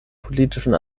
politischen